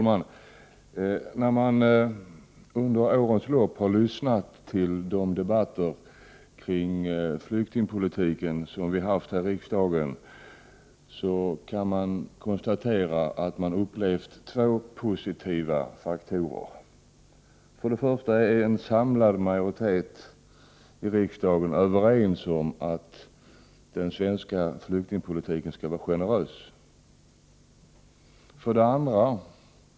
Herr talman! Jag vill erinra Gullan Lindblad om att antalet flyktingar som 1987 fick bifall på sin ansökan enligt 3 § var 2 326, och det var 5 374 som fick det enligt 6 §. Det är på inget sätt möjligt att ändra på denna bestämmelse eller ens praxisen i en sådan omfattning att det tillgodoser de intressen och behov som finns. Moderata samlingspartiets idé har prövats i en rad sammanhang, och den skulle leda till en kraftig försämring av vår flyktingpolitik. I den lagrådsremiss som nu föreligger sägs det uttryckligen att de olika kategorierna — konventionsflyktingar, § 5-flyktingar, som är vapenvägrare, och § 6-flyktingar, som är människor med flyktingliknande fall — skall behandlas på ett jämställt och likställt sätt. Det är mycket viktigt att det inte råder några skillnader i behandlingen av dem.